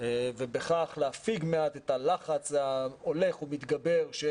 ובכך להפיג מעט את הלחץ ההולך ומתגבר שהוא